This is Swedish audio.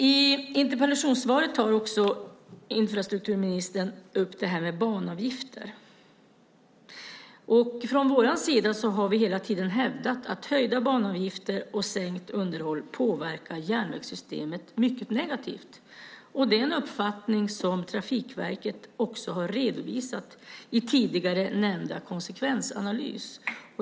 I interpellationssvaret tar infrastrukturministern upp banavgifter. Från vår sida har vi hela tiden hävdat att höjda banavgifter och sänkt underhåll påverkar järnvägssystemet mycket negativt. Det är en uppfattning som Trafikverket har redovisat i tidigare nämnda konsekvensanalys.